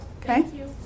Okay